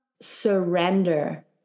surrender